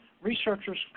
Researchers